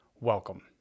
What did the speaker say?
Welcome